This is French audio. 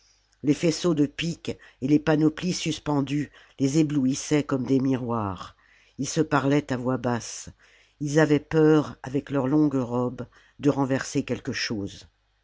les faisceaux de piques et les panoplies suspendues les éblouissaient comme des miroirs ils se parlaient à voix basse ils avaient peur avec leurs longues robes de renverser quelque chose